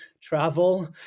travel